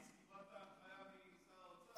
עציץ, קיבלת הנחיה משר האוצר?